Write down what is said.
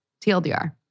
TLDR